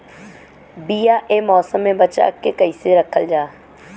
बीया ए मौसम में बचा के कइसे रखल जा?